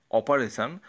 operation